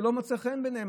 זה לא מוצא חן בעיניהם.